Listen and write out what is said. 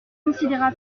considéra